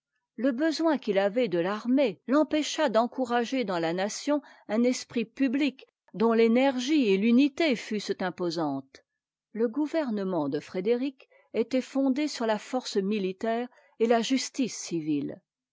le besoin qu'il avait de l'armée t'empêcha d'encourager dans la nation un esprit public dont l'énergie et unité fussent imposantes le gouver nement de frédéric était fondé sur la force militaire et a justice civile